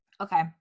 Okay